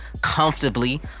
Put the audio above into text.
comfortably